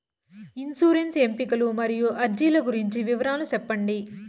insurance ఎంపికలు మరియు అర్జీల గురించి వివరాలు సెప్పండి